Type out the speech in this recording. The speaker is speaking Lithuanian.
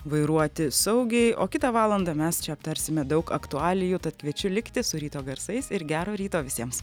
vairuoti saugiai o kitą valandą mes čia aptarsime daug aktualijų tad kviečiu likti su ryto garsais ir gero ryto visiems